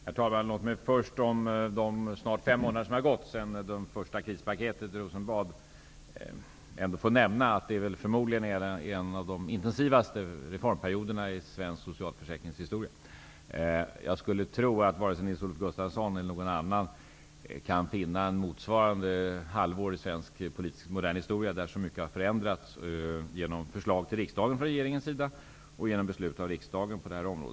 Herr talman! Låt mig först, beträffande de fem månader som har gått sedan överenskommelsen om det första krispaketet träffades i Rosenbad, ändå få nämna att det förmodligen är en av de intensivaste reformperioderna i svensk socialförsäkringshistoria. Jag skulle tro att varken Nils-Olof Gustafsson eller någon annan kan finna ett motsvarande halvår i svensk politisk modern historia då så mycket har förändrats genom förslag till riksdagen från regeringen och genom beslut av riksdagen på detta område.